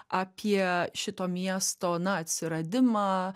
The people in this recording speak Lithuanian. apie šito miesto na atsiradimą